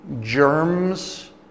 germs